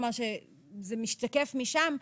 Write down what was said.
כלומר, זה משתקף משם.